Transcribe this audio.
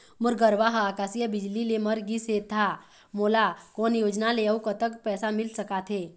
मोर गरवा हा आकसीय बिजली ले मर गिस हे था मोला कोन योजना ले अऊ कतक पैसा मिल सका थे?